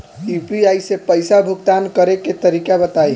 UPI से पईसा भुगतान करे के तरीका बताई?